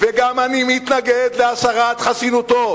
וגם אני מתנגד להסרת חסינותו,